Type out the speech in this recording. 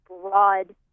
broad